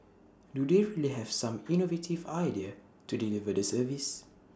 do they really have some innovative ideas to deliver the service